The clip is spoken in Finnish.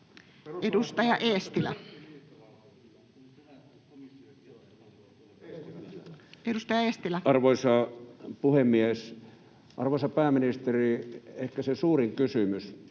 Content: Arvoisa puhemies! Arvoisa pääministeri, ehkä se suurin kysymys,